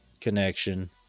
connection